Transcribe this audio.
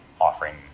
offering